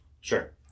Sure